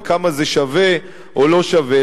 וכמה זה שווה או לא שווה.